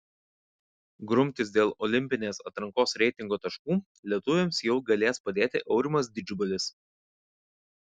grumtis dėl olimpinės atrankos reitingo taškų lietuviams jau galės padėti aurimas didžbalis